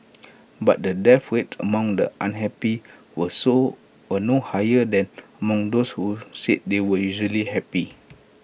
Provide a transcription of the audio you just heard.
but the death rates among the unhappy were so were no higher than among those who said they were usually happy